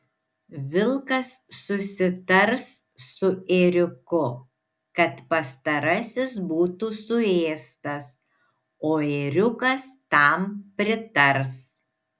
vilkas susitars su ėriuku kad pastarasis būtų suėstas o ėriukas tam pritars